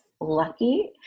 lucky